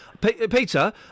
Peter